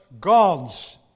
gods